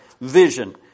vision